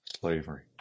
slavery